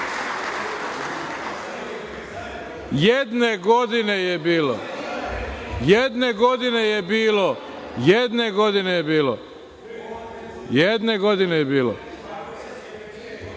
Jedne godine je bilo. Jedne godine je bilo, Jedne godine je bilo. Prema